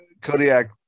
Kodiak